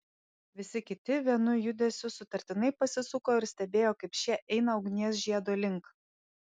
visi kiti vienu judesiu sutartinai pasisuko ir stebėjo kaip šie eina ugnies žiedo link